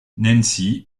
nancy